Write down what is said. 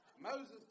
Moses